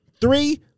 Three